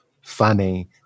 funny